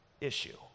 issue